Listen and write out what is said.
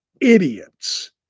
idiots